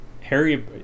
Harry